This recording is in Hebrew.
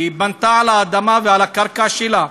היא בנתה על האדמה ועל הקרקע שלה,